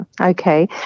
okay